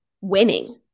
winning